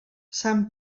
sant